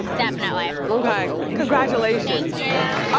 definitely. okay, congratulations. yeah